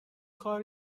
کار